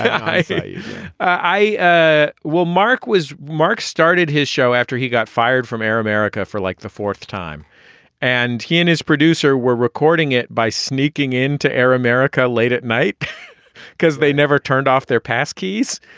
i i ah will marc was marc started his show after he got fired from air america for like the fourth time and he and his producer were recording it by sneaking into air america late at night because they never turned off their pass keys.